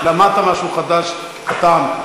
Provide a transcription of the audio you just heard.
למדת משהו חדש, קטן.